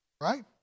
Right